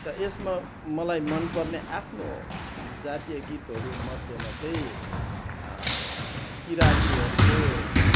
त यसमा मलाई मन पर्ने आफ्नो जातीय गीतहरू मध्येमा चाहिँ किराँतीहरूको